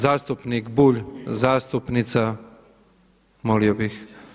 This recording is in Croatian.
Zastupnik Bulj, zastupnica molio bih.